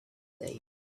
day